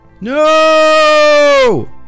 No